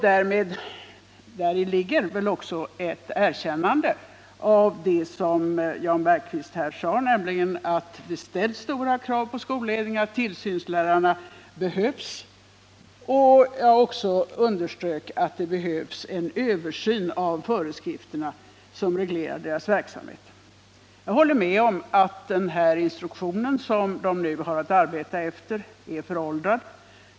Däri ligger väl också ett erkännande av det som Jan Bergqvist här sade, nämligen att det ställs stora krav på skolledningarna och att tillsynslärarna behövs. Jag underströk också att det behövs en översyn av föreskrifterna som reglerar deras verksamhet. Jag håller med om att den instruktion som skolledarna nu har att arbeta efter är föråldrad.